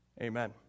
amen